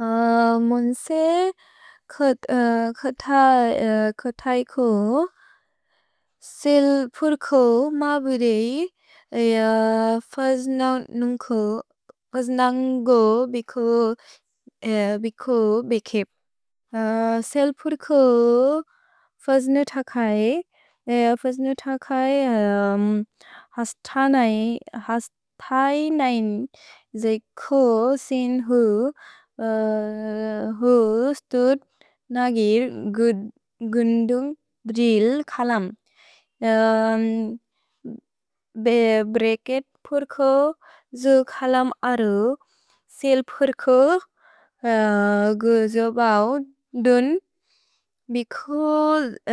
म्न् स् खत्इक् सेल्प्र्क् म्बुरेय् फज्नन्ग् बिक् बेक्प्। सेल्प्र्क् फज्नुतक्इ हस्त्इन्इन् जिक् सिन्ह् स्त्त् नगिर् गुन्दुन्ग् द्रिल् खलम्। भे ब्रेकेत् प्र्क् ज् खलम् अर्। सेल्प्र्क् गुज् ब्उ दुन् बिक्